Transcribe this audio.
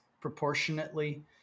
proportionately